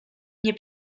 nie